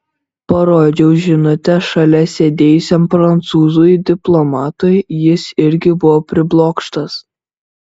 parodžiau žinutę šalia sėdėjusiam prancūzui diplomatui jis irgi buvo priblokštas